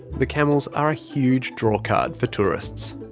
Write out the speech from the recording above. the camels are a huge drawcard for tourists.